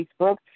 facebook